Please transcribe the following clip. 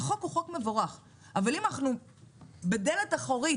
- החוק הוא חוק מבורך - אם בדלת האחורית